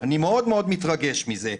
אני מאוד מאוד מתרגש מזה.